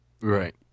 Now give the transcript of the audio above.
Right